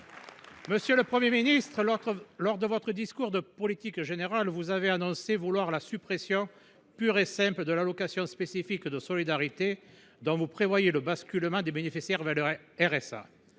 Monsieur le Premier ministre, lors de votre discours de politique générale, vous avez annoncé vouloir la suppression pure et simple de l’allocation de solidarité spécifique (ASS), dont vous prévoyez le basculement des bénéficiaires vers le